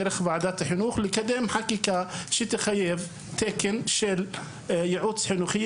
דרך וועדת החינוך לקדם חקיקה שתחייב תקן של ייעוץ חינוכי,